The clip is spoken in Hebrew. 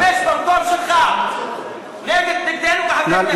אתה משתמש במקום שלך נגדנו ונגד חברי כנסת ערבים.